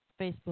Facebook